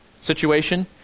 situation